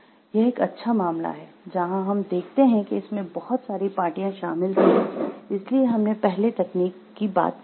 यह एक अच्छा मामला है जहां हम देखते हैं कि इसमें बहुत सारी पार्टियां शामिल थीं इसलिए हमने पहले तकनीक की बात की थी